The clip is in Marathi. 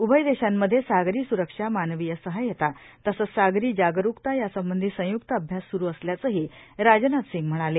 उभय देशांमध्ये सागरी सुरक्षा मानवीय सहायता तसंच सागरी जागरूकता यासंबंधी संयक्त अभ्यास सुरु असल्याचंही राजनाथ सिंग म्हणाले